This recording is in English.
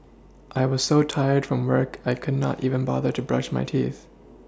I was so tired from work I could not even bother to brush my teeth